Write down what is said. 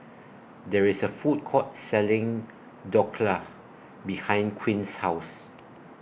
There IS A Food Court Selling Dhokla behind Quint's House